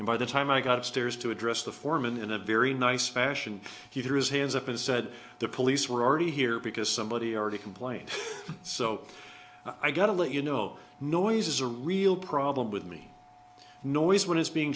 and by the time i got upstairs to address the foreman in a very nice fashion heater is hands up and said the police were already here because somebody already complained so i got to let you know noise is a real problem with me noise when it's being